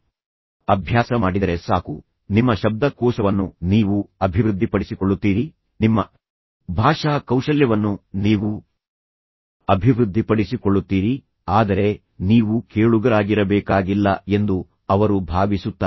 ಆದ್ದರಿಂದ ನೀವು ಮಾತನಾಡುವುದನ್ನು ಅಭ್ಯಾಸ ಮಾಡಿದರೆ ಸಾಕು ನಿಮ್ಮ ಶಬ್ದಕೋಶವನ್ನು ನೀವು ಅಭಿವೃದ್ಧಿಪಡಿಸಿಕೊಳ್ಳುತ್ತೀರಿ ನಿಮ್ಮ ಭಾಷಾ ಕೌಶಲ್ಯವನ್ನು ನೀವು ಅಭಿವೃದ್ಧಿಪಡಿಸಿಕೊಳ್ಳುತ್ತೀರಿ ಆದರೆ ನೀವು ಕೇಳುಗರಾಗಿರಬೇಕಾಗಿಲ್ಲ ಎಂದು ಅವರು ಭಾವಿಸುತ್ತಾರೆ